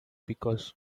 because